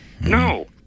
No